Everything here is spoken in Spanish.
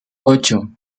ocho